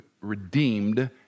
redeemed